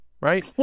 right